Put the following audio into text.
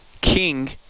King